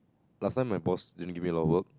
last time my boss really give me a lot of work